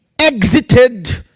exited